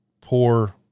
poor